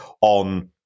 on